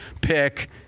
pick